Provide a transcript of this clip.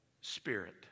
spirit